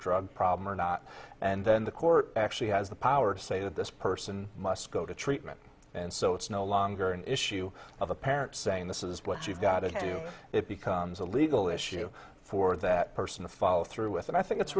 drug problem or not and then the court actually has the power to say that this person must go to treatment and so it's no longer an issue of a parent saying this is what you've got to do it becomes a legal issue for that person to follow through with and i think it's